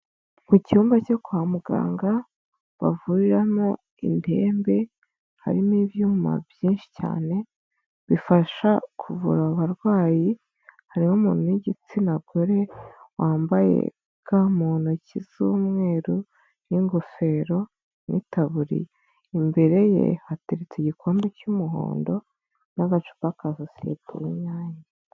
Mu cyumba cyo kwa muganga bavuriramo indembe harimo ibyuma byinshi cyane bifasha kuvura abarwayi. Hariho umuntu w'igitsina gore wambaye mu ntoki z'umweru n'ingofero n'itaburiya, imbere ye hateretse igikombe cy'umuhondo n'agacupaka ka sosiyete y'Inyange.